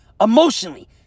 Emotionally